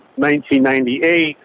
1998